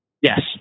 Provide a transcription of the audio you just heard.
Yes